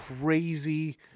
crazy